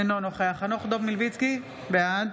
אינו נוכח חנוך דב מלביצקי, בעד